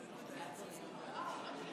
בעד, 50,